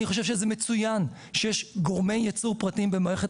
אני חושב שזה מצוין שיש גורמי ייצור פרטיים במערכת